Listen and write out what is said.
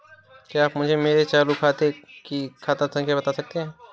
क्या आप मुझे मेरे चालू खाते की खाता संख्या बता सकते हैं?